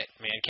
man